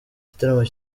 igitaramo